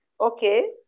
Okay